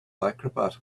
acrobat